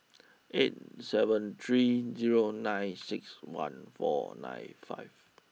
eight seven three zero nine six one four nine five